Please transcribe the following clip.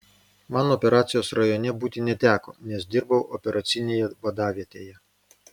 man operacijos rajone būti neteko nes dirbau operacinėje vadavietėje